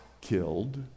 killed